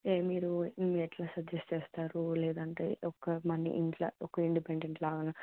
ఏ మీరు ఎట్లా సజెస్ట్ చేస్తారు లేదంటే ఒక మన ఇంట్లో ఒక ఇండిపెండెంట్ లాగా